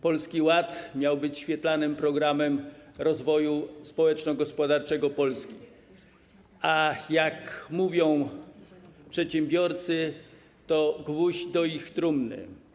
Polski Ład miał być świetlanym programem rozwoju społeczno-gospodarczego Polski, a jak mówią przedsiębiorcy, to gwóźdź do ich trumny.